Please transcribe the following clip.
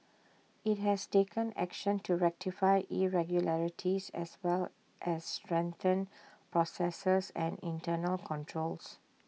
IT has taken action to rectify irregularities as well as strengthen processes and internal controls